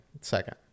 Second